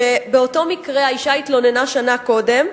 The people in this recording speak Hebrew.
כשבאותו מקרה האשה התלוננה שנה קודם,